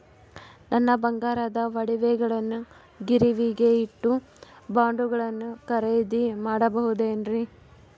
ನನ್ನ ಬಂಗಾರದ ಒಡವೆಗಳನ್ನ ಗಿರಿವಿಗೆ ಇಟ್ಟು ಬಾಂಡುಗಳನ್ನ ಖರೇದಿ ಮಾಡಬಹುದೇನ್ರಿ?